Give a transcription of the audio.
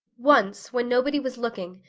once, when nobody was looking,